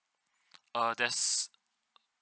uh there's